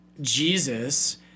Jesus